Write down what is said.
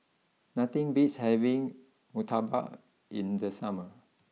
nothing beats having Murtabak in the summer